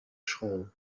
school